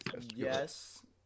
Yes